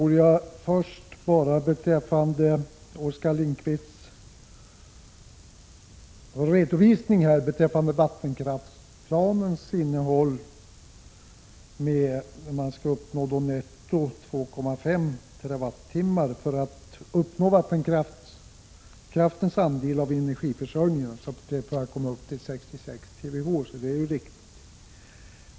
Herr talman! Oskar Lindkvist sade i sin redovisning av vattenkraftsplanens innehåll att man skall tillföra netto 2,5 TWh för att uppnå vattenkraftens andel av energiförsörjningen, 66 TWh, och det är ju riktigt.